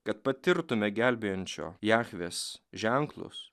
kad patirtume gelbėjančio jachvės ženklus